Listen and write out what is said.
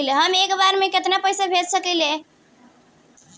हम एक बार में केतना पैसा भेज सकिला?